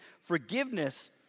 Forgiveness